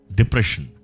depression